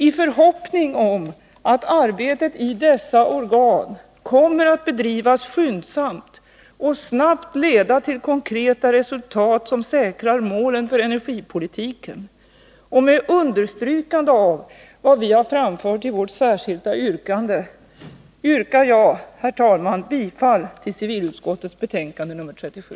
I förhoppning om att arbetet i dessa organ kommer att bedrivas skyndsamt och snabbt skall leda till konkreta beslut, som säkrar målet för energipolitiken, och med understrykande av vad vi framhåller i vårt särskilda yttrande yrkar jag, herr talman, bifall till civilutskottets hemställan i betänkande nr 37.